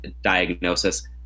diagnosis